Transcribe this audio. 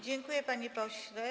Dziękuję, panie pośle.